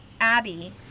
Abby